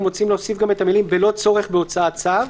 אנחנו רוצים להוסיף גם את המילים "בלא צורך בהוצאת צו".